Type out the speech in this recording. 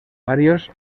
varios